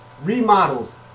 remodels